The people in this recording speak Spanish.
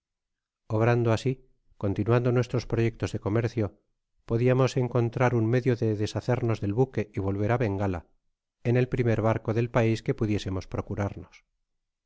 obrando asi continuando nuestros proyectos de comercio pediamos encontrar un medio de deshacernos del buque y volver á bengala en el primer barco del pais que pudiésemos procurarnos